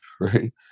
right